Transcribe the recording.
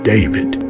David